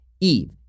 Eve